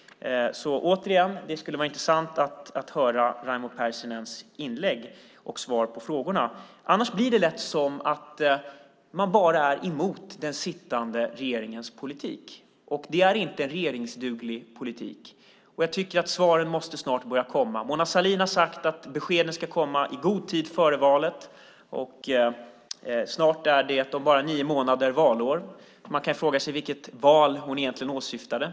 Återigen, det skulle vara intressant att höra Raimo Pärssinens svar på frågorna. Annars blir det lätt som att man bara är emot den sittande regeringens politik, och det är inte en regeringsduglig politik. Jag tycker att svaren snart måste börja komma. Mona Sahlin har sagt att beskeden ska komma i god tid före valet. Om bara nio månader är det valår. Man kan fråga sig vilket val hon egentligen åsyftade.